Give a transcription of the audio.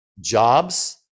jobs